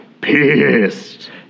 Pissed